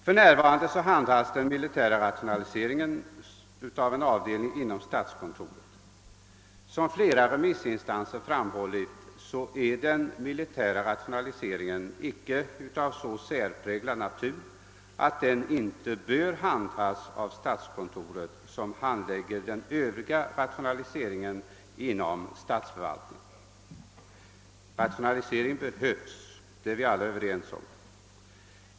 För närvarande handhas den militära rationaliseringen av en avdelning inom statskontoret. Såsom flera remissinstanser framhållit är den militära rationaliseringen icke av sådan särpräglad natur att den inte kan handhavas av statskontoret, som handlägger den övriga rationaliseringsverksamheten inom statsförvaltningen. Rationalisering behövs; det är vi alla överens om.